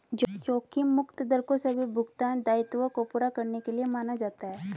जोखिम मुक्त दर को सभी भुगतान दायित्वों को पूरा करने के लिए माना जाता है